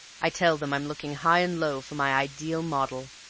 i tell them i'm looking high and low for my ideal model.